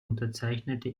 unterzeichnete